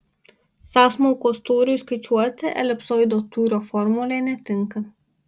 sąsmaukos tūriui skaičiuoti elipsoido tūrio formulė netinka